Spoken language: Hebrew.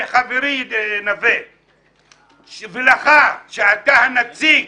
לחברי נוה ולך, שאתה הנציג.